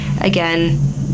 Again